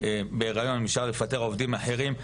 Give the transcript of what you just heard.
כשהן בהיריון ואפשר לפטר עובדים אחרים.